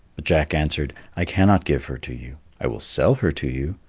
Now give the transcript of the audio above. but jack answered, i cannot give her to you i will sell her to you,